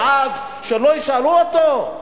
ואז שלא ישאלו אותו?